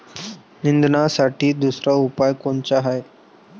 निंदनासाठी दुसरा उपाव कोनचा हाये?